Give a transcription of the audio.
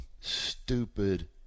stupid